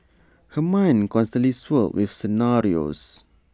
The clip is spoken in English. her mind constantly swirled with scenarios